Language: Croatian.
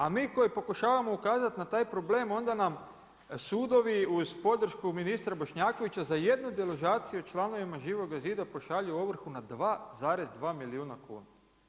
A mi koji pokušavamo ukazati na taj problem, onda nam sudovi uz podršku ministra Bošnjakovića za jednu deložaciju članovima Živoga zida, pošalju ovrhu na 2,2 milijuna kuna.